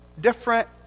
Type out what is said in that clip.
different